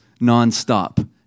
nonstop